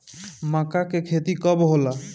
माका के खेती कब होला?